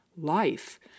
life